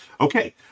Okay